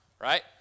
right